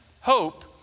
hope